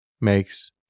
makes